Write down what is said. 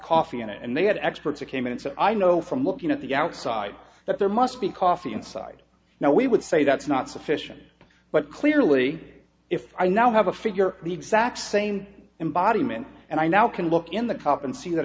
coffee in it and they had experts who came in and said i know from looking at the outside that there must be coffee inside now we would say that's not sufficient but clearly if i now have a figure the exact same embodiment and i now can look in the cup and see that